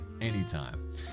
anytime